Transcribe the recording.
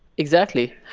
exactly.